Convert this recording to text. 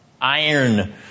iron